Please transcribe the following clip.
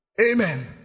Amen